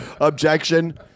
Objection